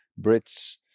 Brits